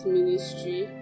Ministry